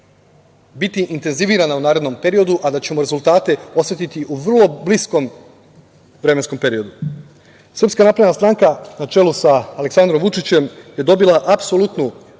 biti intenzivirana u narednom periodu, a da ćemo rezultate osetiti u vrlo bliskom vremenskom periodu. Srpska napredna stranka, na čelu sa Aleksandrom Vučićem, je dobila apsolutnu